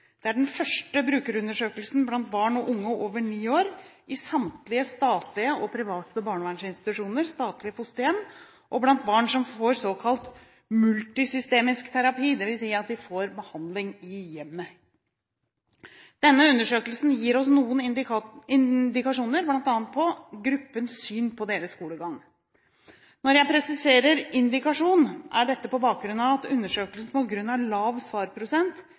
Det er den første brukerundersøkelsen blant barn og unge over ni år i samtlige statlige og private barnevernsinstitusjoner, statlige fosterhjem og blant barn som får såkalt multisystemisk terapi, dvs. at de får behandling i hjemmet. Denne undersøkelsen gir oss noen indikasjoner bl.a. på gruppens syn på deres skolegang. Når jeg presiserer indikasjoner, er dette på bakgrunn av at undersøkelsen på grunn av lav